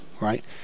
right